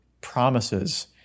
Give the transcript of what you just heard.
promises